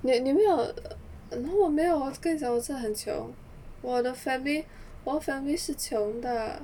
你有没有 no 我没有我跟你讲我真的很穷我的 family 我的 family 是穷到